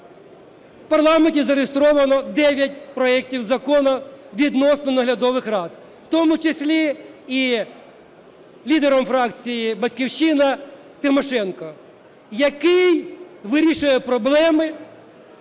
В парламенті зареєстровано дев'ять проектів законів відносно наглядових рад, в тому числі і лідером фракції "Батьківщина" Тимошенко, який вирішує проблеми,